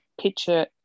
picture